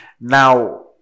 Now